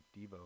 Devo